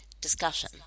discussion